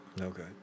Okay